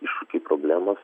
iššūkiai problemos